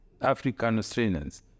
African-Australians